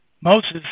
Moses